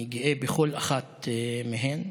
אני גאה בכל אחת מהן.